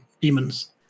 demons